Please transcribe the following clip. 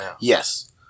Yes